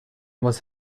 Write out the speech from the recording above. was